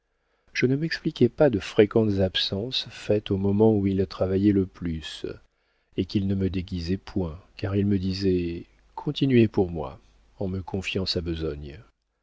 je ne m'expliquais pas de fréquentes absences faites au moment où il travaillait le plus et qu'il ne me déguisait point car il me disait continuez pour moi en me confiant sa besogne